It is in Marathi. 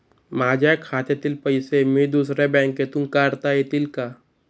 माझ्या खात्यातील पैसे मी दुसऱ्या बँकेतून काढता येतील का?